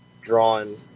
drawing